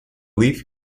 leaf